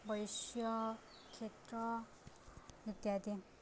ବୈଶ୍ୟ କ୍ଷେତ୍ରୀୟ ଇତ୍ୟାଦି